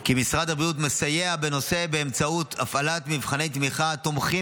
כי משרד הבריאות מסייע בנושא באמצעות הפעלת מבחני תמיכה התומכים